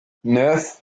neuf